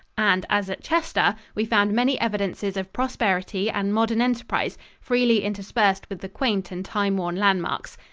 and, as at chester, we found many evidences of prosperity and modern enterprise freely interspersed with the quaint and time-worn landmarks.